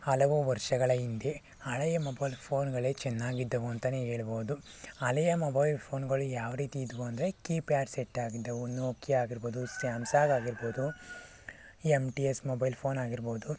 ಹಲವು ವರ್ಷಗಳ ಹಿಂದೆ ಹಳೆಯ ಮೊಬೈಲ್ ಫೋನುಗಳೇ ಚೆನ್ನಾಗಿದ್ದವು ಅಂತಾನೆ ಹೇಳ್ಬೋದು ಹಳೆಯ ಮೊಬೈಲ್ ಫೋನುಗಳು ಯಾವ ರೀತಿ ಇದ್ದವು ಅಂದರೆ ಕೀಪ್ಯಾಡ್ ಸೆಟ್ ಆಗಿದ್ದವು ನೋಕಿಯಾ ಆಗಿರ್ಬೋದು ಸ್ಯಾಮ್ಸಂಗ್ ಆಗಿರ್ಬೋದು M T S mobile phone ಆಗಿರ್ಬೋದು